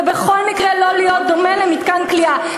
ובכל מקרה לא להיות דומה למתקן כליאה,